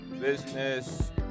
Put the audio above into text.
business